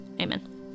Amen